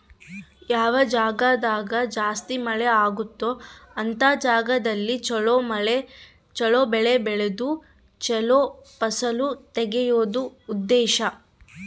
ಯಾವ ಜಾಗ್ದಾಗ ಜಾಸ್ತಿ ಮಳೆ ಅಗುತ್ತೊ ಅಂತ ಜಾಗದಲ್ಲಿ ಚೊಲೊ ಬೆಳೆ ಬೆಳ್ದು ಚೊಲೊ ಫಸಲು ತೆಗಿಯೋದು ಉದ್ದೇಶ